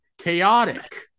Chaotic